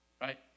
right